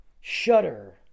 Shudder